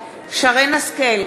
שרן השכל,